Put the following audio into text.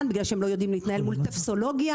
למרות הסיטואציה.